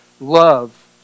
Love